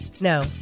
No